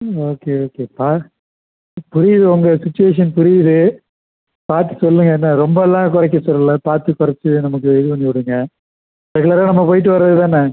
ம் ஓகே ஓகேப்பா புரியுது உங்கள் சுச்சுவேஷன் புரியுது பார்த்து சொல்லுங்கள் என்ன ரொம்பெலாம் குறைக்க சொல்லலை பார்த்து குறைச்சி நமக்கு இது பண்ணிவிடுங்க ரெகுலராக நம்ம போய்விட்டு வரதுதானே